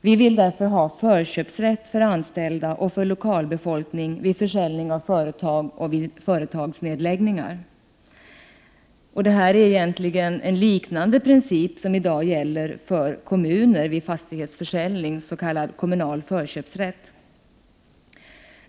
Vi vill därför ha förköpsrätt för anställda och för lokalbefolkning vid försäljning av företag och vid företagsnedläggningar. Det är egentligen en liknande princip som i dag gäller för kommuner vid fastighetsförsäljning, sk. kommunal förköpsrätt.